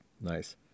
Nice